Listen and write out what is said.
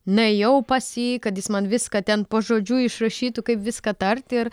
nuėjau pas jį kad jis man viską ten pažodžiui išrašytų kaip viską tart ir